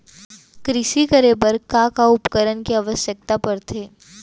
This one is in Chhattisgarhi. कृषि करे बर का का उपकरण के आवश्यकता परथे?